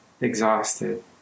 exhausted